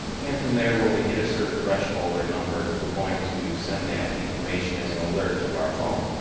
and from there when we hit a certain threshold or number, we're going to send that information as an alert to our phone.